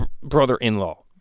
Brother-in-law